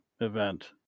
event